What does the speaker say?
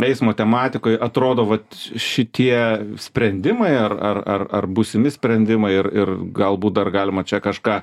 eismo tematikoj atrodo vat šitie sprendimai ar ar ar būsimi sprendimai ir ir galbūt dar galima čia kažką